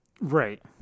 Right